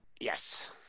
Yes